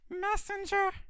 messenger